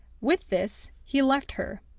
with this he left her,